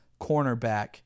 cornerback